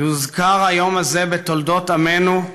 יוזכר היום הזה בתולדות עמנו,